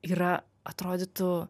yra atrodytų